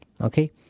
Okay